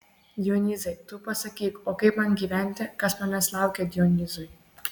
dionyzai tu pasakyk o kaip man gyventi kas manęs laukia dionyzai